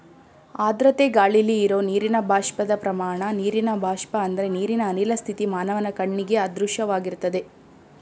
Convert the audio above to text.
ಆರ್ದ್ರತೆ ಗಾಳಿಲಿ ಇರೋ ನೀರಿನ ಬಾಷ್ಪದ ಪ್ರಮಾಣ ನೀರಿನ ಬಾಷ್ಪ ಅಂದ್ರೆ ನೀರಿನ ಅನಿಲ ಸ್ಥಿತಿ ಮಾನವನ ಕಣ್ಣಿಗೆ ಅದೃಶ್ಯವಾಗಿರ್ತದೆ